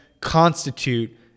constitute